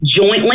jointly